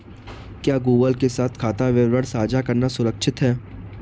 क्या गूगल के साथ खाता विवरण साझा करना सुरक्षित है?